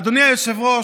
אדוני היושב-ראש,